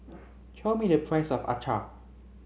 tell me the price of Acar